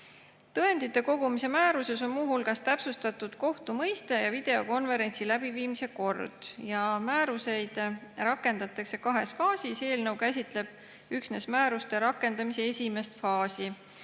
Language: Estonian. Tõendite kogumise määruses on muu hulgas täpsustatud kohtu mõiste ja videokonverentsi läbiviimise kord. Määruseid rakendatakse kahes faasis. Eelnõu käsitleb üksnes määruste rakendamise esimest faasi.